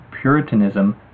puritanism